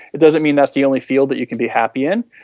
it doesn't mean that's the only field that you can be happy in.